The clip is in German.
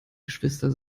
geschwister